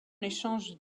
échange